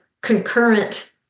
concurrent